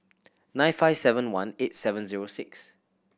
nine five seven one eight seven zero six